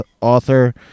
author